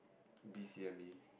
B C M E